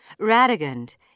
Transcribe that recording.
Radigund